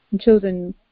children